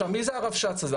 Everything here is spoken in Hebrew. מי זה הרבש"ץ הזה?